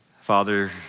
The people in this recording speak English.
Father